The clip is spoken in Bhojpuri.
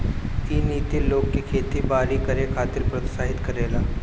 इ नीति लोग के खेती बारी करे खातिर प्रोत्साहित करेले